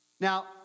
Now